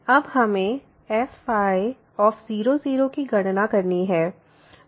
अब हमें fy0 0 की गणना करनी है